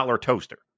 toaster